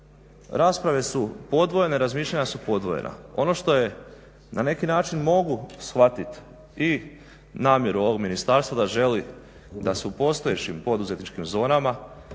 rasprave su podvojene, razmišljanja su podvojena. Ono što na neki način mogu shvatiti i namjeru ovog ministarstva da želi da se u postojećim poduzetničkim zonama